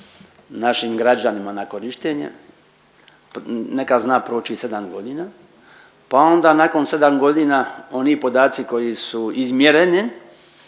našim građanima na korištenje. Nekad zna proći i 7 godina, pa onda nakon 7 godina oni podaci koji su izmjereni